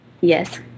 yes